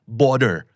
border